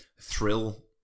Thrill